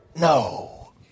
No